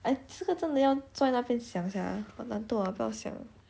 !aiya! 这个真的要在那边想 sia 我懒惰 ah 不要想